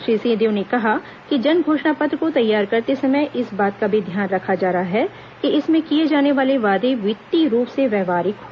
श्री सिंहदेव ने कहा कि जन घोषणा पत्र को तैयार करते समय इस बात का भी ध्यान रखा जा रहा है कि इसमें किए जाने वाले वादे वित्तीय रूप से व्यावहारिक हो